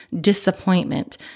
disappointment